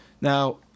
Now